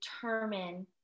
determine